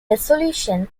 resolution